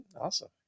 Awesome